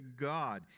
God